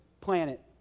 planet